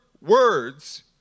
words